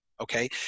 okay